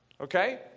Okay